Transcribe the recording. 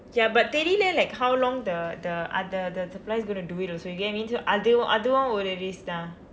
ya but தெரியில்ல:theryilla like how long the the அந்த:antha the the suppliers going to do it also you get what I mean so அது அதுவும் ஒரு:athu athuvum oru risk தான்:thaan